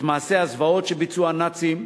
את מעשי הזוועות שביצעו הנאצים,